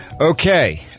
Okay